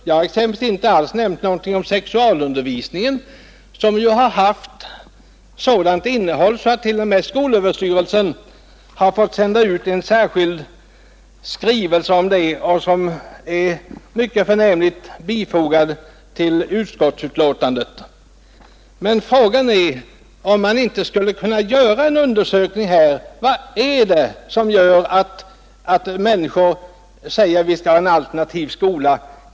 Jag har exempelvis inte nämnt någonting om sexualundervisningen, vilkens innehåll ju varit sådant att skolöverstyrelsen t.o.m. har fått sända ut en särskild skrivelse härom, vilken man — mycket förnämligt — har bifogat utskottsbetänkandet. Men frågan är om man inte skulle kunna göra en undersökning av orsakerna till att människor säger att de vill ha en alternativ skola.